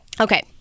Okay